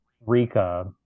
Rika